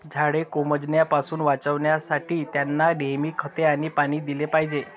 झाडे कोमेजण्यापासून वाचवण्यासाठी, त्यांना नेहमी खते आणि पाणी दिले पाहिजे